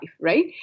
right